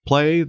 Play